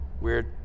weird